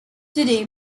today